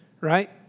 right